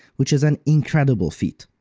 which is an incredible feat.